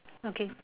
okay